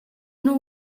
nhw